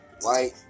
white